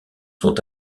sont